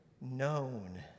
known